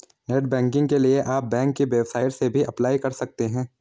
net banking के लिए आप बैंक की वेबसाइट से भी अप्लाई कर सकते है